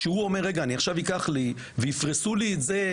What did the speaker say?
כשהוא אומר רגע אני עכשיו אקח לי הלוואה ויפרסו לי את זה,